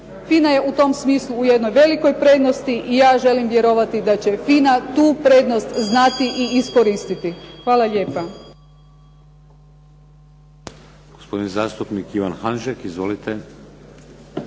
FINA je u tom smislu u velikoj prednosti i ja želim vjerovati da će FINA tu prednost znati i iskoristiti. **Šeks,